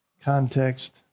Context